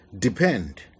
depend